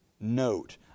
note